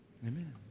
Amen